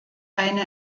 eine